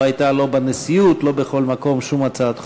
לא הייתה לא בנשיאות ולא בכל מקום, שום הצעת חוק.